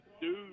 dude